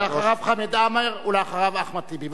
אחריו, חמד עמאר, ואחריו, אחמד טיבי.